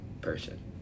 person